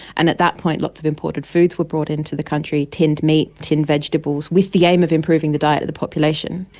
and at that point lots of imported foods were brought into the country tinned meat, tinned vegetables with the aim of improving the diet of the population.